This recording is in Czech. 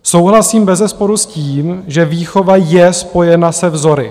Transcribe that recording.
Souhlasím bezesporu s tím, že výchova je spojena se vzory.